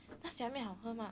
那虾面好喝吗